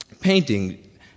painting